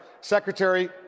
Secretary